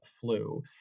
flu